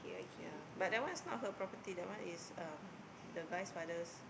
ya but that one is not her property that one is um the the guy's father's